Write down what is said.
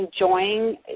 enjoying